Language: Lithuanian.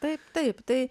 taip taip tai